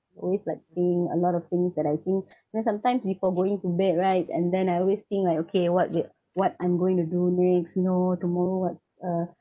always like think a lot of things that I think then sometimes before going to bed right and then I always think like okay what will what I'm going to do next you know tomorrow what uh